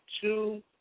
two